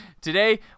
Today